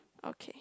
okay